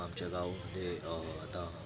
आमच्या गावामध्ये आता